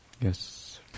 Yes